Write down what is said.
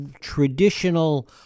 traditional